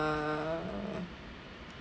err